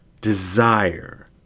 desire